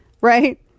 Right